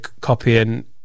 copying